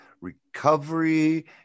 recovery